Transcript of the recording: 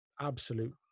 absolute